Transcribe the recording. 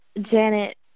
Janet